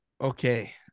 Okay